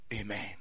amen